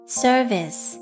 service